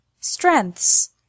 Strengths